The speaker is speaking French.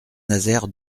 nazaire